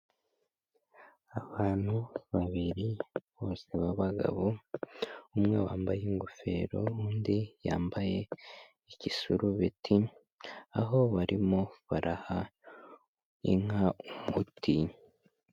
Abantu babiri bose b'abagabo, umwe wambaye ingofero undi yambaye igisurubeti aho barimo baraha inka umuti.